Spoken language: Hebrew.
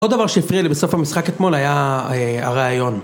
עוד דבר שיפריע לי בסוף המשחק אתמול, היה הרעיון.